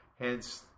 Hence